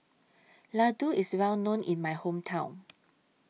Laddu IS Well known in My Hometown